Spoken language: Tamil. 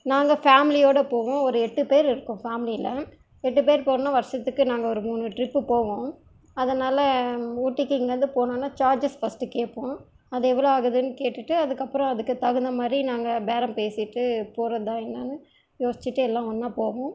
நாங்கள் ஃபேம்லியோடு போவோம் ஒரு எட்டு பேர் இருக்கோம் ஃபேம்லியில் எட்டு பேர் போகணுன்னா வருடத்துக்கு நாங்கள் ஒரு மூணு டிரிப்பு போவோம் அதனால் ஊட்டிக்கு இங்கேருந்து போகணுனா சார்ஜஸ் ஃபஸ்ட்டு கேட்போம் அது எவ்வளோ ஆகுதுன்னு கேட்டுட்டு அதுக்கப்பறம் அதுக்கு தகுந்தமாதிரி நாங்கள் பேரம் பேசிட்டு போகிறதா என்னன்னு யோசிச்சுட்டு எல்லாம் ஒன்றா போவோம்